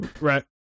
right